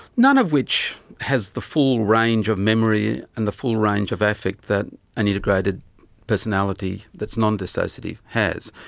none of which has the full range of memory and the full range of affect that an integrated personality that's non-dissociative has.